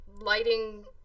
lighting